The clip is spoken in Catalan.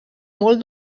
molt